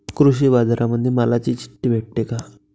कृषीबाजारामंदी मालाची चिट्ठी भेटते काय?